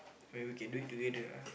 when we can do it together lah